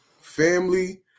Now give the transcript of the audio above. family